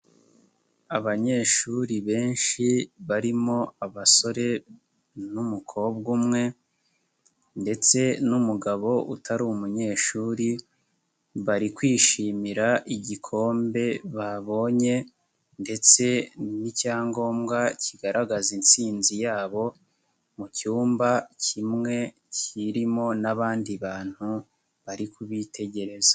Abanyeshuri benshi barimo abasore n'umukobwa umwe ndetse n'umugabo utari umunyeshuri, bari kwishimira igikombe babonye ndetse n'icyangombwa kigaragaza intsinzi yabo, mu cyumba kimwe kirimo n'abandi bantu bari kubitegereza.